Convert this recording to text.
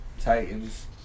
Titans